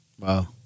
Wow